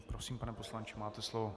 Prosím, pane poslanče, máte slovo.